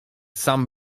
sam